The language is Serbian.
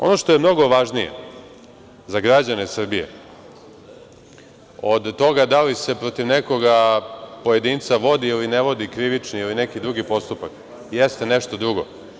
Ono što je mnogo važnije, za građane Srbije, od toga da li se protiv nekoga pojedinca vodi ili ne vodi krivični ili neki drugi postupak, jeste nešto drugo.